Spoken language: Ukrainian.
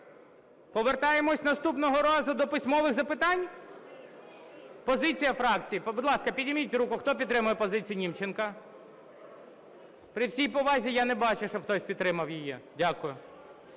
Повертаємось наступного разу до письмових запитань? Позиція фракцій, будь ласка, підніміть руку, хто підтримує позицію Німченка? При всій повазі, я не бачу, щоб хтось підтримав її. Дякую.